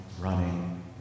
running